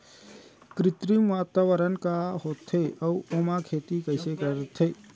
कृत्रिम वातावरण का होथे, अऊ ओमा खेती कइसे करथे?